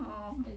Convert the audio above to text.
oh